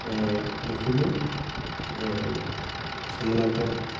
बेखौबो सोमोनांथाव